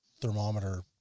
thermometer